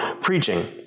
preaching